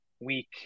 week